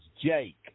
Jake